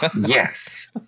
Yes